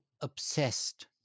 obsessed